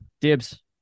dibs